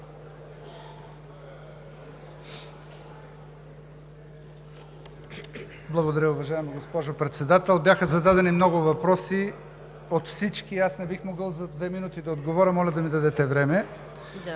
Благодаря, уважаема госпожо Председател. Бяха зададени много въпроси от всички и аз не бих могъл за две минути да отговоря. Моля да ми дадете време!